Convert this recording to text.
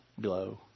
glow